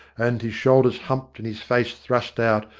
and, his shoulders humped and his face thrust out,